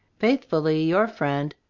faithfully your friend,